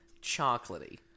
chocolatey